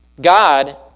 God